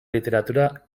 literatura